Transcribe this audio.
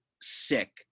sick